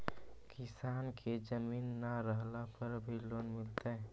किसान के जमीन न रहला पर भी लोन मिलतइ?